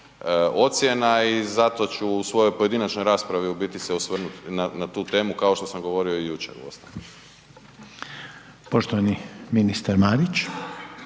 ocjena i zato ću u svojoj pojedinačnoj raspravi u biti se osvrnut na tu temu kao što sam govorio i jučer uostalom.